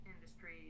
industry